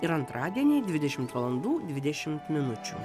ir antradienį dvidešimt valandų dvidešimt minučių